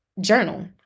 journal